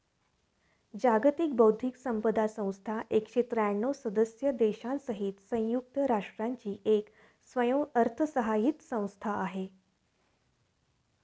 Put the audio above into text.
जागतिक बौद्धिक संपदा संस्था एकशे त्र्यांणव सदस्य देशांसहित संयुक्त राष्ट्रांची एक स्वयंअर्थसहाय्यित संस्था आहे